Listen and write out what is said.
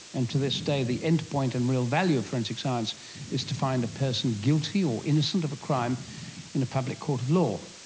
and to this day the endpoint and real value of forensic science is to find a person guilty or innocent of a crime in a public court of law.